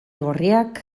gorriak